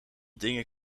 dingen